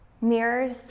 mirrors